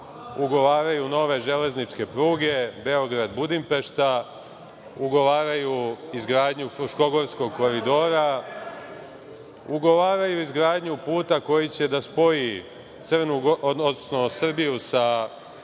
ugovaraju nove železničke pruge Beograd-Budimpešta, ugovaraju izgradnju Fruškogorskog koridora, ugovaraju izgradnju puta koji će da spoji Srbiju sa